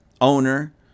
owner